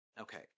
Okay